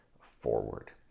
forward